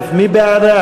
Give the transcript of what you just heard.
העבודה?